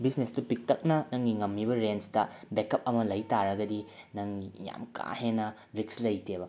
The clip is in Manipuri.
ꯕꯤꯖꯤꯅꯦꯁꯇꯨ ꯄꯤꯛꯇꯛꯅ ꯅꯪꯒꯤ ꯉꯝꯃꯤꯕ ꯔꯦꯟꯁꯇ ꯕꯦꯛꯀꯞ ꯑꯃ ꯂꯩꯕꯇꯥꯔꯒꯗꯤ ꯅꯪ ꯌꯥꯝ ꯀꯥ ꯍꯦꯟꯅ ꯔꯤꯛꯁ ꯂꯩꯇꯦꯕ